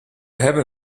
hebben